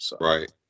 Right